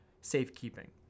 safekeeping